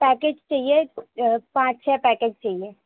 packet چاہیے پانچ چھے پیکٹ چاہیے